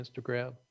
Instagram